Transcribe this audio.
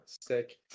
sick